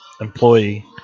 employee